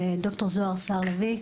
וד"ר זוהר סהר לביא,